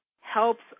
helps